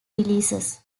releases